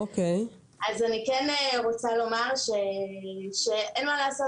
אני כן רוצה לומר שאין מה לעשות,